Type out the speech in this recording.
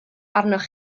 arnoch